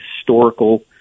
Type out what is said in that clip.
historical